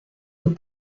aux